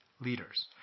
leaders